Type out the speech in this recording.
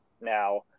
now